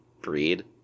breed